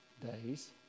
days